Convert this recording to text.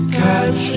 catch